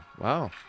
wow